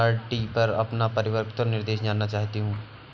मैं अपने आर.डी पर अपना परिपक्वता निर्देश जानना चाहती हूँ